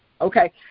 Okay